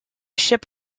ship